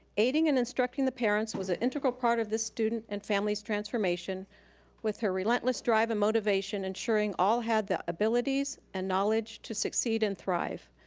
aiding and instructing the parents was a integral part of this student and family's transformation with her relentless drive and motivation ensuring all had the abilities and knowledge to succeed and thrive.